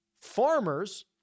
Farmers